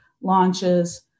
launches